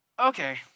okay